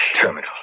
terminal